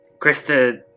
Krista